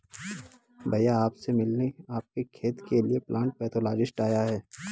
भैया आप से मिलने आपके खेत के लिए प्लांट पैथोलॉजिस्ट आया है